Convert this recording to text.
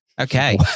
Okay